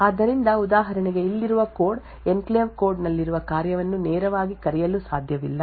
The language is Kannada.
ಆದ್ದರಿಂದ ಉದಾಹರಣೆಗೆ ಇಲ್ಲಿರುವ ಕೋಡ್ ಎನ್ಕ್ಲೇವ್ ಕೋಡ್ ನಲ್ಲಿರುವ ಕಾರ್ಯವನ್ನು ನೇರವಾಗಿ ಕರೆಯಲು ಸಾಧ್ಯವಿಲ್ಲ